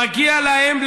מגיע להם,